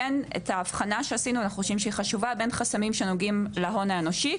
האבחנה שעשינו שאני חושבת שהיא חשובה בין חסמים שנוגעים להון האנושי,